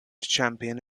champion